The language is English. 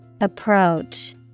Approach